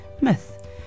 Myth